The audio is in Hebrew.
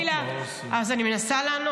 זה הדבר היחיד שמעניין